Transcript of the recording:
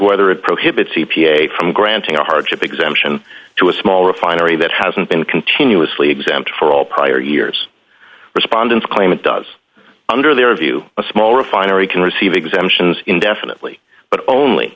whether it prohibits e p a from granting a hardship exemption to a small refinery that hasn't been continuously exempt for all prior years respondents claim it does under their view a small refinery can receive exemptions indefinitely but only